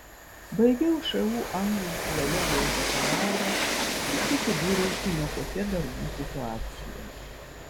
baigiau šu anglų filologijos bakalaurą ir susidūriau su nekokia darbų situacija